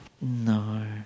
No